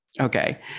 Okay